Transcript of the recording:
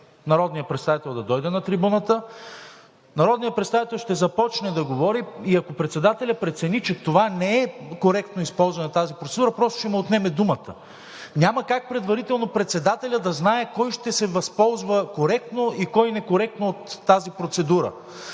народния представител да дойде на трибуната. Народният представител ще започне да говори и ако председателят прецени, че това не е коректно използване на тази процедура, просто ще му отнеме думата. Няма как предварително председателят да знае кой ще се възползва коректно и кой некоректно от тази процедура.